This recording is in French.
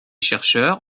chercheurs